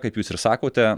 kaip jūs ir sakote